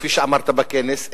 כפי שאמרת בכנס,